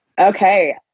Okay